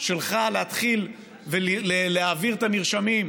שלך להתחיל ולהעביר את המרשמים,